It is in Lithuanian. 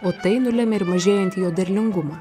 o tai nulemia ir mažėjantį jo derlingumą